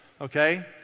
okay